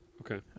Okay